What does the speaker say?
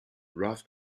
rough